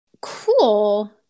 Cool